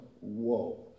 whoa